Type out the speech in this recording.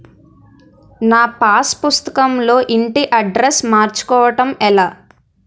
నా పాస్ పుస్తకం లో ఇంటి అడ్రెస్స్ మార్చుకోవటం ఎలా?